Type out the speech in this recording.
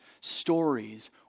stories